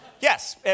Yes